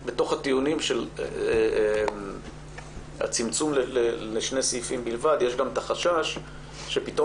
הטיעונים של הצמצום לשני סעיפים בלבד יש גם חשש שפתאום